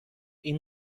این